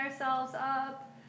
up